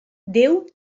déu